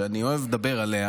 שאני אוהב לדבר עליה